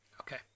okay